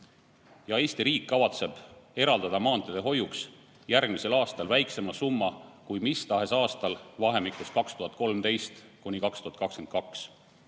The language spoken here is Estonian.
ja Eesti riik kavatseb eraldada maanteede hoiuks järgmisel aastal väiksema summa kui mis tahes aastal vahemikus 2013–2022.Ma